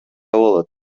болот